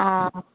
ᱚ